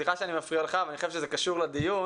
סליחה שאני מפריע לך אבל אני חושב שזה קשור לדיון.